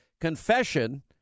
confession